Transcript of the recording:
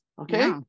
Okay